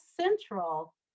central